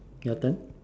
your turn